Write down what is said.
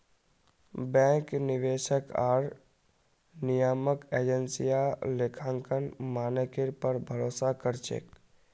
bank, निवेशक आर नियामक एजेंसियां लेखांकन मानकेर पर भरोसा कर छेक